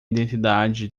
identidade